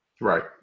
Right